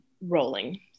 rolling